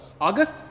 August